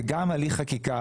וגם הליך חקיקה,